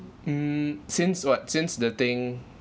mm since what since the thing